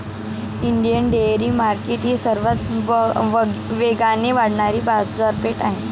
Indian dairy market ही सर्वात वेगाने वाढणारी बाजारपेठ आहे